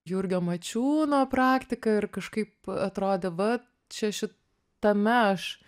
jurgio mačiūno praktika ir kažkaip atrodė va čia šitame aš